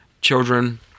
children